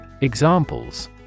Examples